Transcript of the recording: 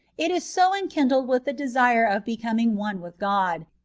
it is so enkindled with the desire of becoming one with god,